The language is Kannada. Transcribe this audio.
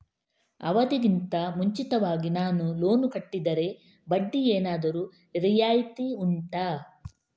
ಅವಧಿ ಗಿಂತ ಮುಂಚಿತವಾಗಿ ನಾನು ಲೋನ್ ಕಟ್ಟಿದರೆ ಬಡ್ಡಿ ಏನಾದರೂ ರಿಯಾಯಿತಿ ಉಂಟಾ